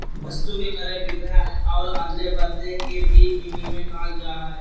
वस्तु के क्रय विक्रय और अदले बदले के भी विनिमय कहल जाय हइ